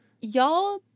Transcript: y'all